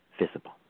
visible